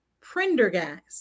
Prendergast